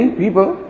people